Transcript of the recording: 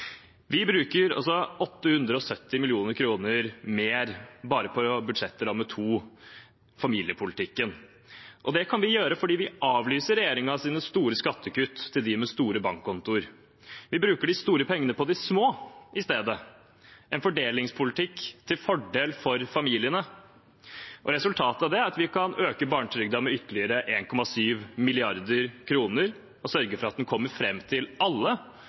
Vi bruker altså 870 mill. kr mer bare på budsjettramme 2, familiepolitikken. Det kan vi gjøre fordi vi avlyser regjeringens store skattekutt til dem med store bankkontoer. Vi bruker de store pengene på de små i stedet, en fordelingspolitikk til fordel for familiene. Resultatet av det er at vi kan øke barnetrygden med ytterligere 1,7 mrd. kr og sørge for at den kommer fram til alle,